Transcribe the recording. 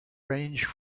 ranged